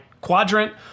quadrant